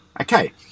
Okay